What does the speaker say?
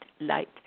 Light